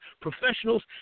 professionals